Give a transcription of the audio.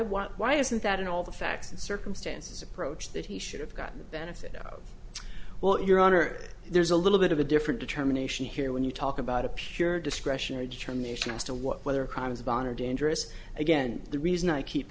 want why isn't that in all the facts and circumstances approach that he should have gotten the benefit of well your honor there's a little bit of a different determination here when you talk about a pure discretionary determination as to what whether crimes of honor dangerous again the reason i keep